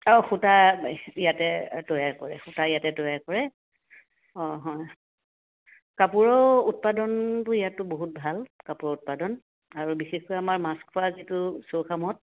আৰু সূতা ইয়াতে তৈয়াৰ কৰে সূতা ইয়াতে তৈয়াৰ কৰে অঁ হয় কাপোৰৰ উৎপাদনবোৰ ইয়াতো বহুত ভাল কাপোৰৰ উৎপাদন আৰু বিশেষকৈ আমাৰ মাছখোৱা যিটো চৌখামত